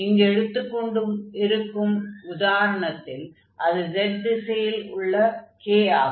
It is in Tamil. இங்கு எடுத்துக் கொண்டிருக்கும் உதாரணத்தில் அது z திசையில் உள்ள k ஆகும்